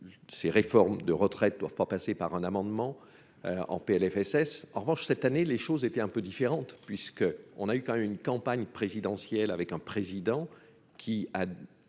ces réformes de retraites doivent pas passer par un amendement en PLFSS en revanche, cette année, les choses étaient un peu différentes puisque on a eu quand même une campagne présidentielle avec un président qui a